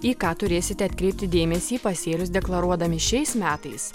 į ką turėsite atkreipti dėmesį pasėlius deklaruodami šiais metais